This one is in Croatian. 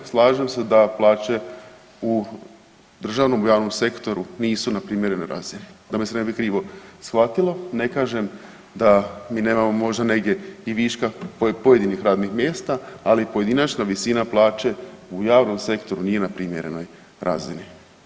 Slažem se da plaće u državnom i javnom sektoru nisu na primjerenoj razini, da me se ne bi krivo shvatilo, ne kažem da mi nemamo možda i negdje i viška pojedinih radnih mjesta, ali pojedinačna visina plaće u javnom sektoru nije na primjerenoj razini.